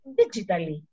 digitally